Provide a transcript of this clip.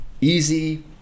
easy